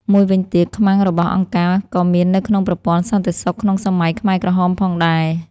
មួយវិញទៀត ខ្មាំងរបស់អង្គការក៏មាននៅក្នុងប្រព័ន្ធសន្តិសុខក្នុងសម័យខ្មែរក្រហមផងដែរ។